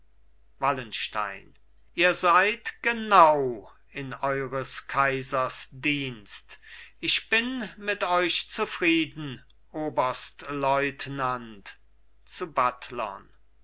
wallenstein ihr seid genau in eures kaisers dienst ich bin mit euch zufrieden oberstleutnant zu buttlern